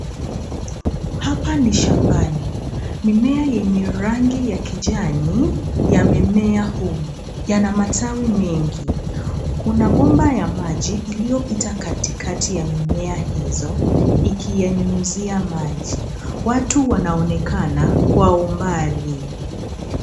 Hapa ni shambani. Mimea yenye rangi ya kijani yamemea humu. Yana matawi mengi. Kuna bomba ya maji iliyopita katikati ya mimea hizo ikiyanyunyuzia maji. Watu wanaonekana kwa umbali.